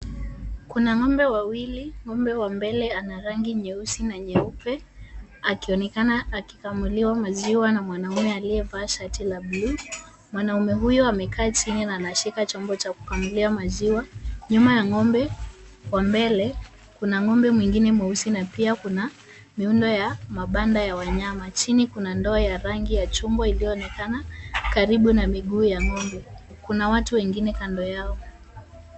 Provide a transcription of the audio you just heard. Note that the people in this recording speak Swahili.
Kuna ng'ombe wawili. Ng'ombe wa mbele ana rangi nyeusi na nyeupe, akionekana akikamuliwa maziwa na mwanaume aliyevaa shati la bluu. Mwanaume huyo amekaa chini na anashika chombo cha kukamuliwa maziwa. Nyuma ya ng'ombe, wa mbele, kuna ng'ombe mwingine mweusi na pia kuna miundo ya mabanda ya wanyama. Chini kuna ndoa ya rangi ya chumbo iliyoonekana karibu na miguu ya ng'ombe, kuna watu wengine kando yao